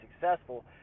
successful